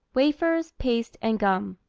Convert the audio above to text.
wafers, paste, and gum